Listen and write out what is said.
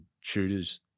shooters